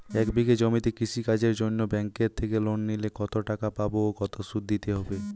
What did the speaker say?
এক বিঘে জমিতে কৃষি কাজের জন্য ব্যাঙ্কের থেকে লোন নিলে কত টাকা পাবো ও কত শুধু দিতে হবে?